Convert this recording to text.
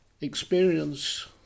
experience